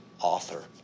author